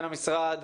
כן המשרד,